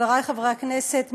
חברי חברי הכנסת,